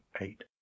eight